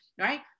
right